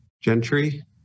Gentry